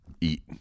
eat